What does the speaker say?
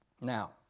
Now